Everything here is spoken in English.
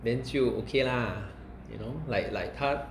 then 就 okay lah you know like like 他